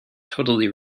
totally